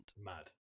mad